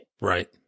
Right